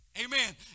Amen